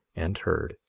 and heard,